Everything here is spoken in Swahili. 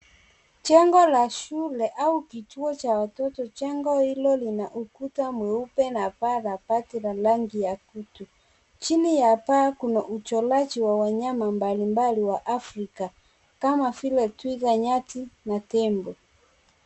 Jengo la shule au kituo cha watoto. Jengo hilo lina ukuta mweupe na paa la bati la rangi ya kutu. Chini ya paa kuna uchoraji wa wanyama mbalimbali wa Afrika kama vile Twiga, Nyati na Tembo.